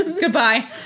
Goodbye